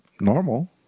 normal